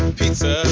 pizza